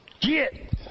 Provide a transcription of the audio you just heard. Get